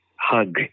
hug